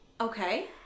Okay